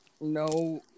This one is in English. no